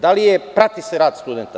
Da li se prati rad studenata?